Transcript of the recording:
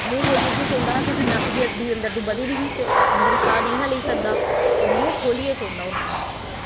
मूंह खोल्लियै की सोंदा हा की नक्क दी हड्डी बधी गेदी ही ते ओह् अंदर दा साह् नेईं हा लेई सकदा ते मूंह् खोल्लियै सौंदा होंदा हा